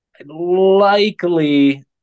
Likely